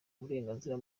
uburenganzira